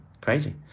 Crazy